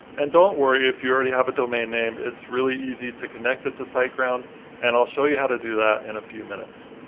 and don't worry if you already have a domain name, it's really easy to connect it to siteground and i'll show you how to do that in a few minutes.